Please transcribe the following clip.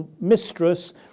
mistress